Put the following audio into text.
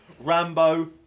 Rambo